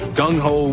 gung-ho